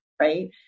right